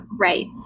Right